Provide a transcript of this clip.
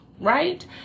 Right